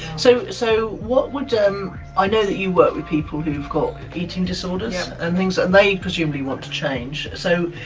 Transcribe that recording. so so, what would. um i know that you work with people who's got eating disorders and things that they presumably want to change. so